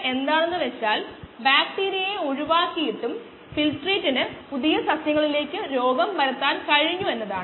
Y x s ഒരു constant ആണെന്ന ധാരണ പല വ്യത്യസ്ത സാഹചര്യങ്ങളിൽ ഒരു നല്ല അനുമാനമാണ്